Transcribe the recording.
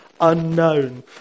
unknown